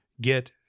get